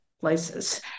places